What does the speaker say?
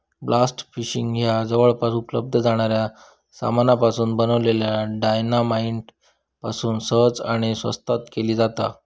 blast fishing ह्या जवळपास उपलब्ध जाणाऱ्या सामानापासून बनलल्या डायना माईट पासून सहज आणि स्वस्तात केली जाता